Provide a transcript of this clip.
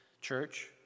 church